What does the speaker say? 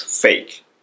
fake